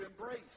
embrace